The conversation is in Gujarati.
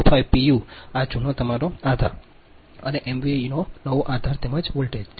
u આ જૂનો તમારો જૂનો આધાર અને એમવીએનો નવો આધાર તેમજ વોલ્ટેજ